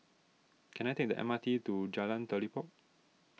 can I take the M R T to Jalan Telipok